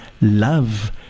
love